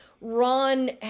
Ron